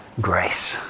grace